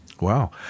Wow